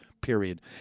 period